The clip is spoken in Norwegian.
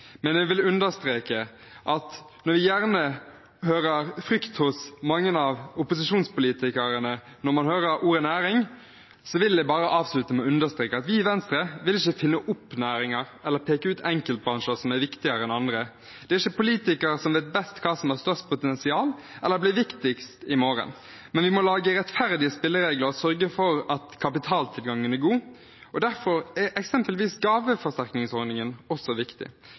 men når vi hører frykt hos mange av opposisjonspolitikerne når de hører ordet næring, vil jeg bare avslutte med å understreke at vi i Venstre ikke vil finne opp næringer eller peke ut enkeltbransjer som er viktigere enn andre. Det er ikke politikere som vet best hva som har størst potensial eller blir viktigst i morgen, men vi må lage rettferdige spilleregler og sørge for at kapitaltilgangen er god. Derfor er eksempelvis gaveforsterkningsordningen viktig.